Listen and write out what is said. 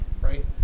right